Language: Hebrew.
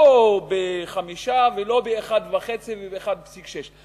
לא ב-5% ולא ב-1.5%, וב-1.6%.